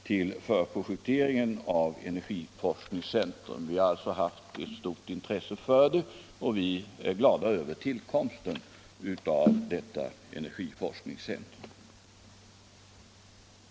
till förprojekteringen av energiforskningscentrum. Vi har alltså hyst ett stort intresse för det, och vi är glada över tillkomsten av detta energiforskningscentrum.